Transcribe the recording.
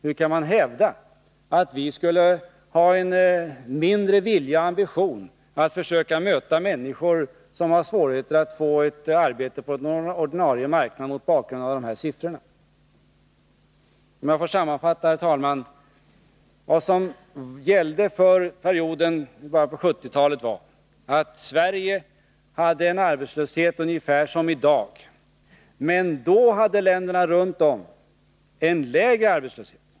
Hur kan man, mot bakgrund av dessa siffror, hävda att vi skulle ha mindre vilja eller ambition att göra insatser för människor som har svårigheter att få ett arbete på den ordinarie arbetsmarknaden? Herr talman! Låt mig sammanfatta. I början av 1970-talet hade Sverige en arbetslöshet ungefär som i dag, men då hade länderna runt om en lägre arbetslöshet.